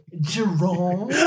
Jerome